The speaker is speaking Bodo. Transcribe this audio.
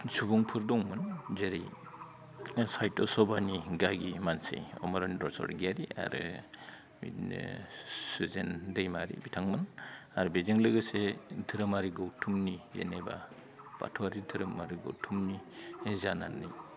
सुबुंफोर दंमोन जेरै साहित्य सभानि गागि मानसि अमरेन्द्र स्वरगियारि आरो बिदिनो सुजेन दैमारि बिथांमोन आरो बेजों लोगोसे धोरोमारि गौथुमनि जेनेबा बाथौआरि धोरोम गौथुमनि जानानैबो